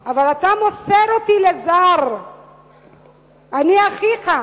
/ אבל אתה מוסר אותי לזר / אני אחיך,